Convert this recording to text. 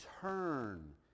Turn